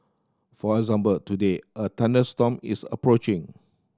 for example today a thunderstorm is approaching